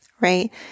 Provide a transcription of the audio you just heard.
right